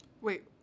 Wait